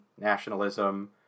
nationalism